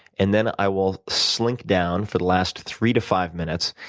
and then i will slink down for the last three to five minutes,